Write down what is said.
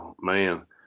man